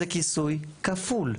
זה כיסוי כפול.